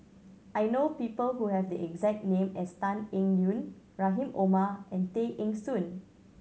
I know people who have the exact name as Tan Eng Yoon Rahim Omar and Tay Eng Soon